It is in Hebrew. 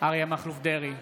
אריה מכלוף דרעי,